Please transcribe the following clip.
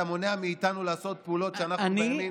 אתה מונע מאיתנו לעשות פעולות שאנחנו בימין,